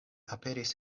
aperis